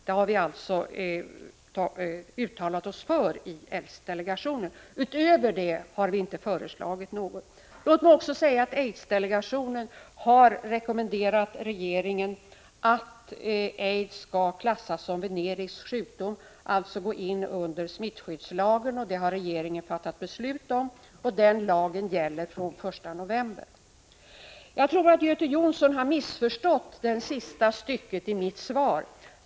Det har vi alltså uttalat oss för i aidsdelegationen. Låt mig också säga att aidsdelegationen har rekommenderat regeringen att aids skall klassas som venerisk sjukdom, alltså gå in under smittskyddslagen. Regeringen har fattat beslut därom, och den lagen gäller från den 1 november. Jag tror att Göte Jonsson har missförstått det sista stycket i mitt svar.